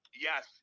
Yes